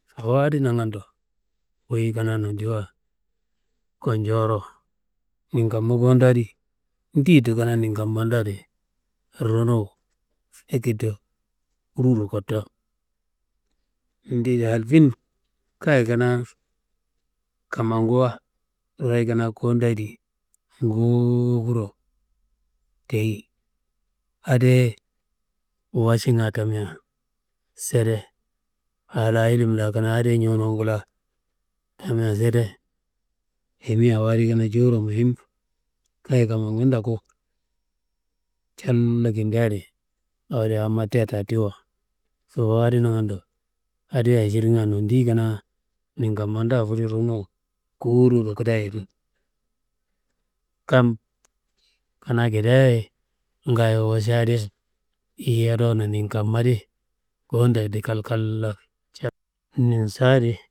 Awo adi nangando, wuyi kanaa nondiwa konjoro, nin kamma kowudo adi, ndeyed kanaa nin kamma da adi ronowu akedo kuruwuro kotto, ndeyedi hal fin? Kayi kanaa kammanguwa, royi kanaa kodaye di nguwufuro tei adiye wašinga tammea sedeye? A la ilim la kanaa adiye ñonowungu la kammayi sede, ayimia awo di kanaa jowuro muhim, kayi kammangun toku callo kindea adi awo adi awo mattia da tiwo. Sobowu adi nangando, adiye aširnga nondi kanaa, nun kammanda fudu ronowo kuwururo kedaye adi, kam kanaa ngedeaye ngayo wašia adi yodona̧̧̧ nin kamma di, kondayedo kalkallo, nun saadi̧̧̧̧̧̧̧̧̧̧̧̧̧̧̧̧̧̧̧̧̧̧̧̧̧̧̧̧̧̧